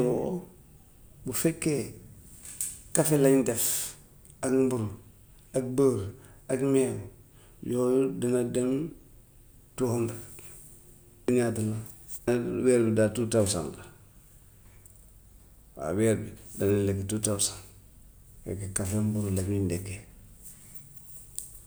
Yeewoo bu fekkee kafe lañu def ak mburu ak bëer ak meew, loolu dina dem two hundred. weer wi daal two thousand la. Waa weer bi dangay lekk two thousand, kër gi kafeeg mburu lañuy ndékkee.